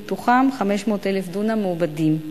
מתוכם 500,000 דונם מעובדים.